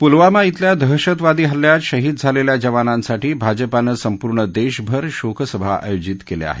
पुलवामा झेल्या दहशतवादी हल्ल्यात शहीद झालेल्या जवानांसाठी भाजपानं संपूर्ण देशभर शोकसभा आयोजित केल्या आहेत